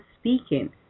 speaking